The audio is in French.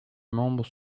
membres